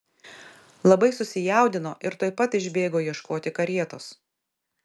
labai susijaudino ir tuoj pat išbėgo ieškoti karietos